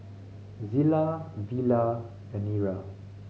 Zillah Villa and Nira